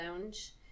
Lounge